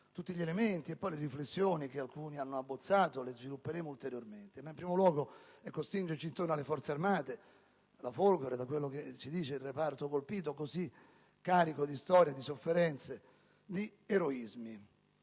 tutti gli elementi per le riflessioni che alcuni hanno abbozzato e che svilupperemo ulteriormente. Vogliamo, in primo luogo, stringerci intorno alle Forze armate, alla Folgore, che da quello che si dice è il reparto colpito, così carico di storia, di sofferenze, di eroismi.